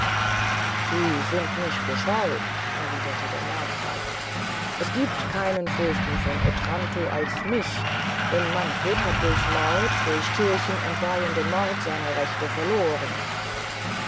sie sind nicht gescheut erwiederte der markgraf es giebt keinen fürsten von otranto als mich denn manfred hat durch mord durch kirchen entweihenden mord seine rechte verlohren